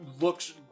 looks